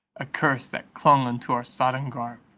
a curse that clung unto our sodden garb,